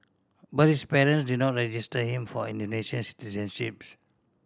but his parents did not register him for Indonesian